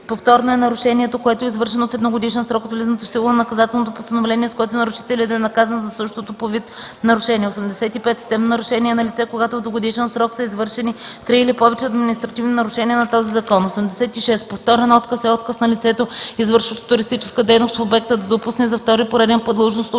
„Повторно” е нарушението, което е извършено в едногодишен срок от влизането в сила на наказателното постановление, с което нарушителят е наказан за същото по вид нарушение. 85. „Системно нарушение” е налице, когато в двугодишен срок са извършени три или повече административни нарушения на този закон. 86. „Повторен отказ” е отказ на лицето, извършващо туристическа дейност в обекта, да допусне за втори пореден път длъжностно